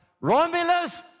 Romulus